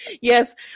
Yes